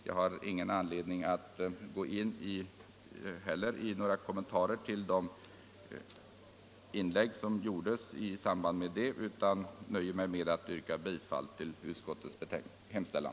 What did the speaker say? Jag har inte heller nu anledning att gå in i några kommentarer till de inlägg som gjorts, utan jag nöjer mig med att yrka bifall till utskottets hemställan.